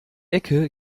ecke